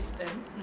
system